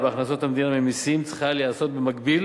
בהכנסות המדינה ממסים צריכה להיעשות במקביל